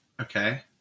Okay